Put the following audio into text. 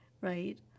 right